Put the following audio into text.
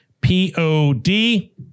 P-O-D